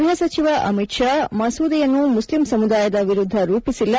ಗ್ವಹ ಸಚಿವ ಅಮಿತ್ ಷಾ ಮಸೂದೆಯನ್ನು ಮುಸ್ತಿಂ ಸಮುದಾಯದ ವಿರುದ್ದ ರೂಪಿಸಿಲ್ಲ